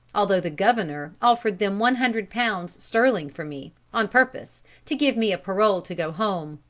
although the governor offered them one hundred pounds sterling for me, on purpose to give me a parole to go home.